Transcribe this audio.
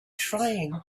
trying